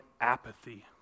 apathy